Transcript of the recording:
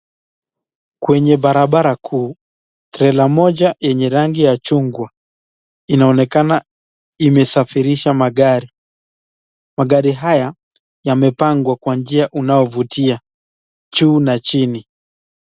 Kwenye barabara kuu, trela moja yenye rangi ya chungwa inaonekana imesafirisha magari. Magari haya yamepangwa kwa njia unaovutia, juu na chini.